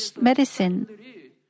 medicine